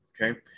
Okay